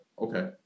okay